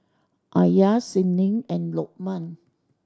Alya Senin and Lokman